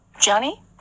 johnny